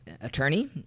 attorney